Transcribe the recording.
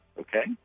okay